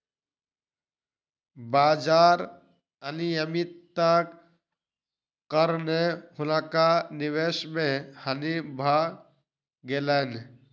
बाजार अनियमित्ताक कारणेँ हुनका निवेश मे हानि भ गेलैन